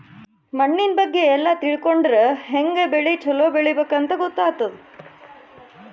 ಮಣ್ಣಿನ್ ಬಗ್ಗೆ ಎಲ್ಲ ತಿಳ್ಕೊಂಡರ್ ಹ್ಯಾಂಗ್ ಬೆಳಿ ಛಲೋ ಬೆಳಿಬೇಕ್ ಅಂತ್ ಗೊತ್ತಾಗ್ತದ್